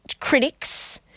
critics